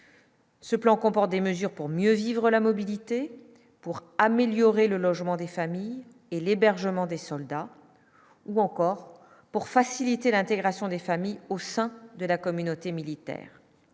Ce plan comporte des mesures pour mieux vivre la mobilité pour améliorer le logement des familles et l'hébergement des soldats ou encore pour faciliter l'intégration des familles au sein de la communauté militaire.